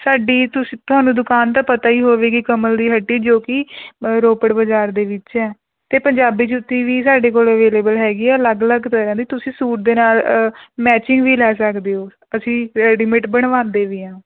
ਸਾਡੀ ਤੁਸੀਂ ਤੁਹਾਨੂੰ ਦੁਕਾਨ ਤਾਂ ਪਤਾ ਹੀ ਹੋਵੇਗੀ ਕਮਲ ਦੀ ਹੱਟੀ ਜੋ ਕਿ ਰੋਪੜ ਬਾਜ਼ਾਰ ਦੇ ਵਿੱਚ ਹੈ ਅਤੇ ਪੰਜਾਬੀ ਜੁੱਤੀ ਵੀ ਸਾਡੇ ਕੋਲ ਅਵੈਲੇਬਲ ਹੈਗੀ ਹੈ ਅਲੱਗ ਅਲੱਗ ਤਰ੍ਹਾਂ ਦੀ ਤੁਸੀਂ ਸੂਟ ਦੇ ਨਾਲ ਮੈਚਿੰਗ ਵੀ ਲੈ ਸਕਦੇ ਹੋ ਅਸੀਂ ਰੈਡੀਮੇਡ ਬਣਵਾਉਂਦੇ ਵੀ ਹਾਂ